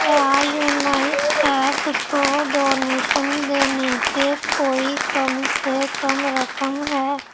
کیا یونیسیف کو ڈونیشن دینے کی کوئی کم سے کم رقم ہے